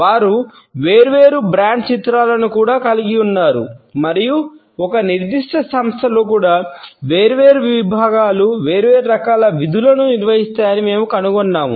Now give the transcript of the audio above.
వారు వేర్వేరు బ్రాండ్ చిత్రాలను కూడా కలిగి ఉన్నారు మరియు ఒక నిర్దిష్ట సంస్థలో కూడా వేర్వేరు విభాగాలు వేర్వేరు రకాల విధులను నిర్వహిస్తాయని మేము కనుగొన్నాము